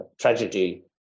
tragedy